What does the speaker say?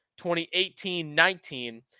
2018-19